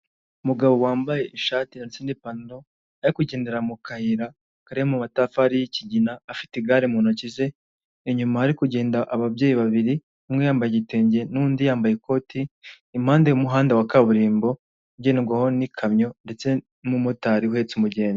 Umugabo wambaye ishati ndetse n'ipantaro ari kugendera mu kayira kari mu matafari y'ikigina, afite igare mu ntoki ze. Inyuma hari kugenda ababyeyi babiri umwe yambaye igitenge n'undi yambaye ikoti, impande y'umuhanda wa kaburimbo ugendwaho n'ikamyo ndetse n'umumotari uhetse umugenzi.